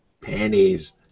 Pennies